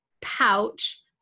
pouch